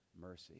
mercy